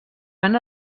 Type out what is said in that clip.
van